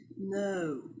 No